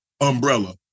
umbrella